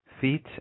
feet